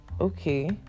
okay